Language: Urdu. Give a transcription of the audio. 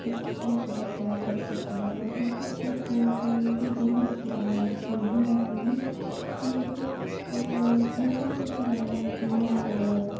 اس یہ بہت بڑا فرق ہوتا ہے اور دوسرا فرق جو ہوتا ہے کہ جنہیں سلائیاں اچھی نہیں ہوتی ہیں ان کو گھر کی جو سلائیاں ہوتی ہیں وہ